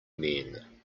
men